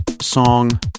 song